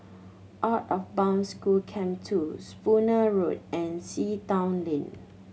Out of Bound School Camp two Spooner Road and Sea Town Lane